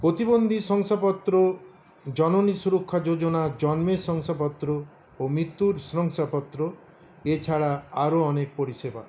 প্রতিবন্ধীর শংসাপত্র জননী সুরক্ষা যোজনা জন্মের শংসাপত্র ও মৃত্যুর শংসাপত্র এছাড়া আরও অনেক পরিষেবা